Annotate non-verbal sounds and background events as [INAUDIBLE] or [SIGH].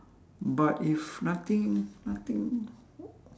but if nothing nothing [NOISE]